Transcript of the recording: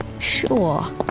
Sure